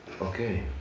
Okay